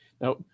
Now